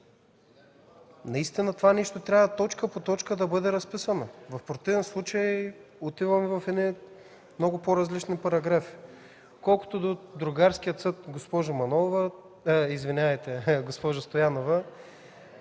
се с мен. Това трябва точка по точка да бъде разписано. В противен случай отиваме в много по-различни параграфи. Колкото до другарския съд, госпожо Стоянова,